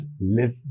live